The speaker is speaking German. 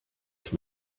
ich